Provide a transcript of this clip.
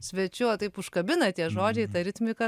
svečiu taip užkabina tie žodžiai ta ritmika